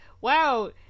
Wow